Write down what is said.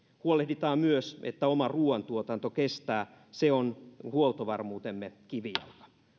huolehditaan myös että oma ruuantuotanto kestää se on huoltovarmuutemme kivijalka